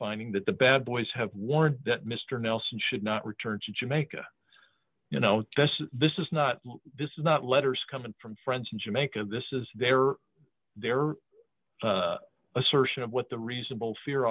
finding that the bad boys have warned that mr nelson should not return to jamaica you know this is not this is not letters coming from friends in jamaica this is there are there are assertion of what the reasonable fear